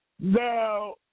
Now